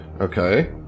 Okay